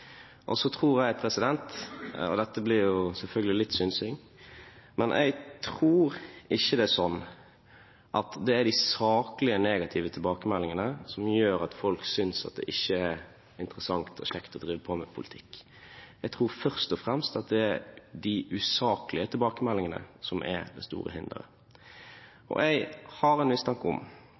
Så tror jeg – og dette blir jo selvfølgelig litt synsing – ikke det er sånn at det er de saklige negative tilbakemeldingene som gjør at folk synes at det ikke er interessant og kjekt å drive på med politikk. Jeg tror først og fremst det er de usaklige tilbakemeldingene som er det store hinderet, og jeg har en mistanke om